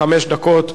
חמש דקות.